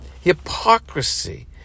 hypocrisy